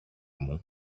μου